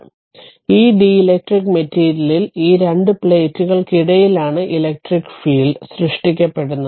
അതിനാൽ ഈ ഡീലക്ട്രിക് മെറ്റീരിയലിൽ ഈ രണ്ട് പ്ലേറ്റുകൾക്കിടയിലാണ് ഇലക്ട്രിക് ഫീൽഡ് സൃഷ്ടിക്കപ്പെടുന്നത്